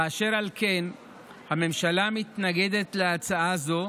ואשר על כן הממשלה מתנגדת להצעה זאת,